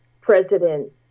President